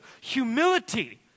humility